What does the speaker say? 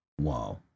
wow